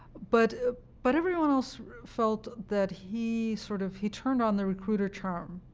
but ah but everyone else felt that he sort of, he turned on the recruiter charm,